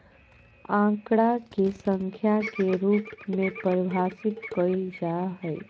आंकड़ा के संख्या के रूप में परिभाषित कइल जा हइ